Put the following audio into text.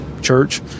church